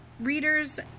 readers